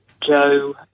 Joe